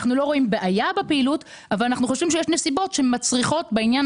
אנחנו לא רואים בעיה בפעילות אבל אנחנו חושבים שיש נסיבות שמצריכות בעניין